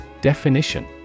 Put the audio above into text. Definition